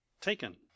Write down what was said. taken